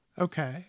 Okay